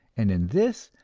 and in this,